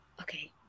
okay